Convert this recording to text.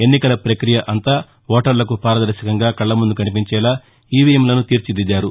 ఎన్నికల ప్రక్రియ అంతా ఓటర్లకు పారదర్భకంగా కళ్ళముందు కనిపించేలా ఈవీఎమ్లను తీర్చిదిద్దారు